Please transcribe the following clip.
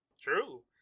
True